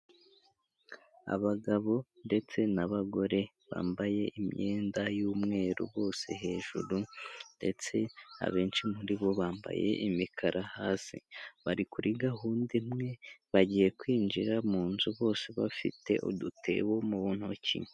Abagabo ndetse n'abagore bambaye imyenda y'umweru, bose hejuru ndetse abenshi muri bo bambaye imikara hasi, bari kuri gahunda imwe, bagiye kwinjira mu nzu bose bafite udutebo mu ntoki.